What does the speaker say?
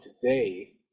today